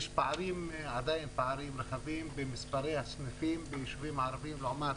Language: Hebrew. יש עדיין פערים רחבים במספרי הסניפים ביישובים ערביים לעומת